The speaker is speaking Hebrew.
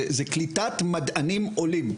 זה קליטת מדענים עולים.